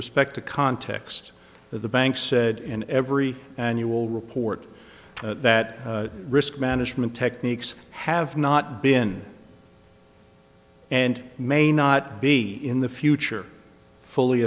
respect to context with the bank said in every annual report that risk management techniques have not been and may not be in the future fully